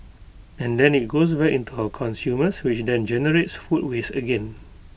and then IT goes back into our consumers which then generates food waste again